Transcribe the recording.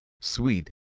sweet